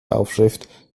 aufschrift